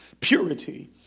purity